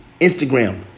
Instagram